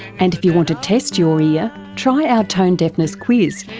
and if you want to test your ear, try our tone deafness quiz,